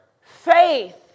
faith